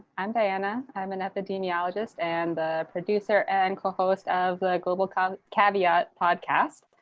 and diana. i'm an epidemiologist and the producer and co-host of the global kind of caveat podcast,